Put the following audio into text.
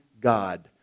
God